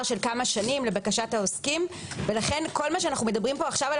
של כמה שנים לבקשת העוסקים ולכן כל מה שאנו מדברים פה עכשיו על